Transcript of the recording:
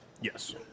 Yes